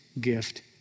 gift